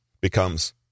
becomes